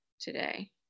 today